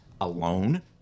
alone